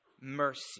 Mercy